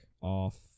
off